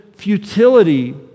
futility